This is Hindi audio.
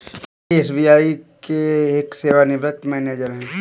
मेरे पिता जी एस.बी.आई के एक सेवानिवृत मैनेजर है